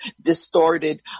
distorted